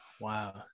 Wow